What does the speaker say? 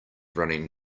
running